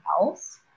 else